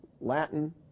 Latin